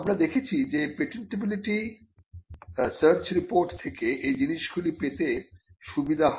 আমরা দেখেছি যে পেটেন্টিবিলিটি সার্চ রিপোর্ট থেকে এই জিনিসগুলো পেতে সুবিধা হয়